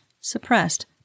suppressed